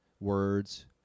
words